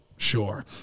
Sure